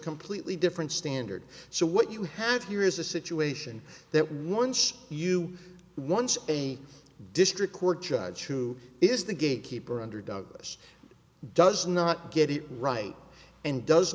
completely differ standard so what you have here is a situation that once you once a district court judge who is the gatekeeper under douglas does not get it right and does